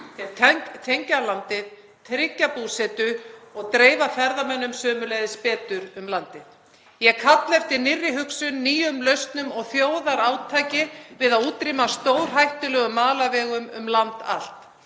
þeir tengja landið, tryggja búsetu og dreifa ferðamönnum sömuleiðis betur um landið. Ég kalla eftir nýrri hugsun, nýjum lausnum og þjóðarátaki við að útrýma stórhættulegum malarvegum um land allt.